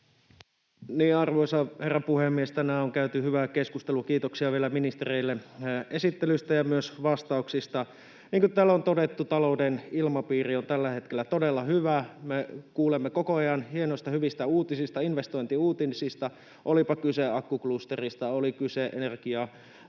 Arvoisa herra puhemies! Tänään on käyty hyvää keskustelua. Kiitoksia vielä ministereille esittelyistä ja myös vastauksista. Niin kuin täällä on todettu, talouden ilmapiiri on tällä hetkellä todella hyvä. Me kuulemme koko ajan hienoista, hyvistä uutisista, investointiuutisista, olipa kyse akkuklusterista,